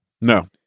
No